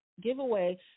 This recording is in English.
giveaway